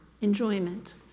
enjoyment